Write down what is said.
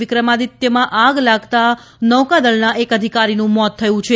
વિક્રમાદિત્યમાં આગ લાગતાં નૌકાદળના એક અધિકારીનું મોત થયું છે